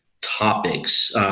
topics